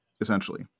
essentially